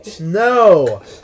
No